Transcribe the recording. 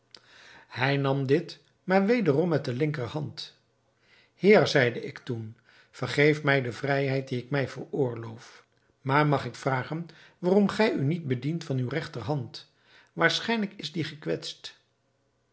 hij nam dit maar wederom met de linkerhand heer zeide ik toen vergeef mij de vrijheid die ik mij veroorloof maar mag ik vragen waarom gij u niet bedient van uwe regterhand waarschijnlijk is die gekwetst